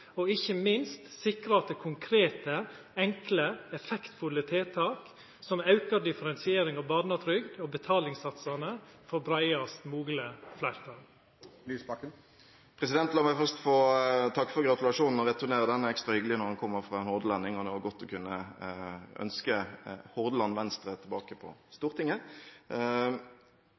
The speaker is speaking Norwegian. og ikkje minst sikra at konkrete, enkle og effektfulle tiltak som auka differensiering av barnetrygda og betalingssatsane får breiast mogleg fleirtal? La meg først få takke for gratulasjonen og returnere den. Det er ekstra hyggelig når den kommer fra en hordalending, og det var godt å kunne ønske Hordaland Venstre tilbake på Stortinget.